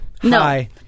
Hi